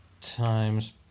times